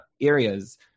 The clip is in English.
areas